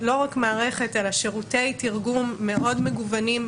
שירותי תרגום מאוד מגוונים,